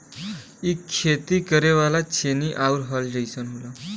इ खेती करे वाला छेनी आउर हल जइसन होला